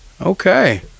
Okay